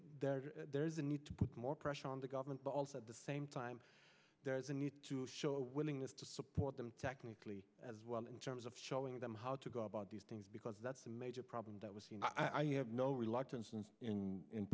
that there is a need to put more pressure on the government but also at the same time there is a need to show a willingness to support them technically as well in terms of showing them how to go about these things because that's a major problem that was i have no reluctance in in